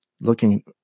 looking